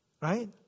Right